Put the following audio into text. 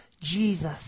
jesus